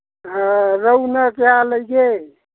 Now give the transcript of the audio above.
ꯔꯧꯅ ꯀꯌꯥ ꯂꯩꯒꯦ